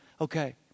okay